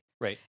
right